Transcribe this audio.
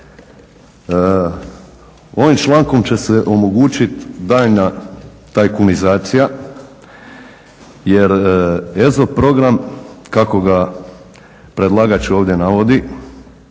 Ovim člankom će se omogućiti daljnja tajkunizacija jer EZO program kako ga predlagač ovdje navodi